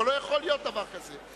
אבל לא יכול להיות דבר כזה.